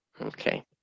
Okay